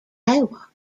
iowa